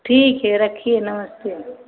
ठीक है रखिए नमस्ते